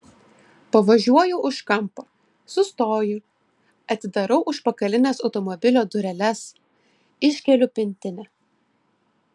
pavažiuoju už kampo sustoju atidarau užpakalines automobilio dureles iškeliu pintinę